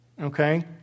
Okay